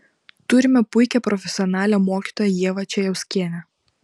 turime puikią profesionalią mokytoją ievą čejauskienę